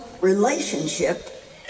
relationship